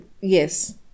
Yes